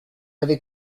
avez